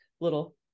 little